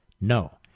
No